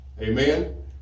Amen